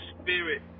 spirit